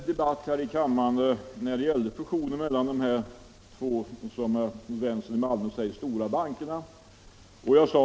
Herr talman! Vi hade en debatt här i kammaren om fusionen mellan de här två — som herr Svensson i Malmö säger — stora bankerna.